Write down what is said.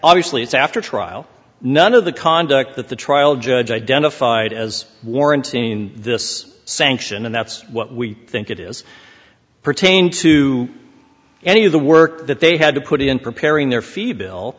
obviously it's after trial none of the conduct that the trial judge identified as warranted in this sanction and that's what we think it is pertained to any of the work that they had to put in preparing their fee bill